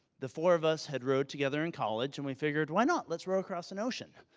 the four of us had rowed together in college, and we figured, why not? let's row across an ocean.